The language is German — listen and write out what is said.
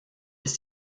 ist